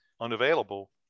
unavailable